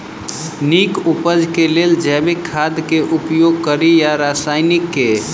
नीक उपज केँ लेल जैविक खाद केँ उपयोग कड़ी या रासायनिक केँ?